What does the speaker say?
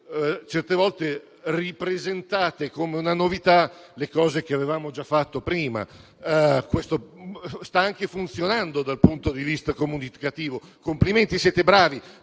certe volte ripresentate come una novità le cose che avevamo già fatto prima. Questo sta anche funzionando dal punto di vista comunicativo: complimenti, siete bravi;